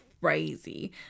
crazy